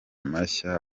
mashya